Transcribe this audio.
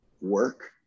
work